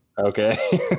Okay